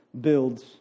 builds